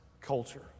culture